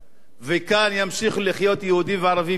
וכאן ימשיכו לחיות יהודים וערבים יחד,